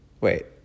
wait